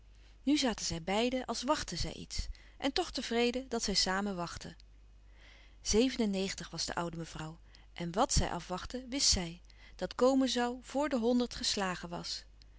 nu zaten zij beiden als wachtten zij iets en toch tevreden dat zij samen wachtten zeven en negentig was de oude mevrouw en wàt zij afwachtte wist zij dat komen zoû vor de honderd geslagen was